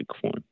one